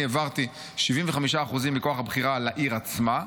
העברתי 75% מכוח הבחירה לעיר עצמה,